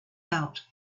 out